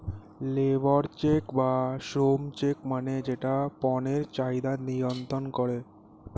labour check বা শ্রম check মানে যেটা পণ্যের চাহিদা নিয়ন্ত্রন করে